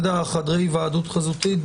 חדרי ההיוועדות החזותית,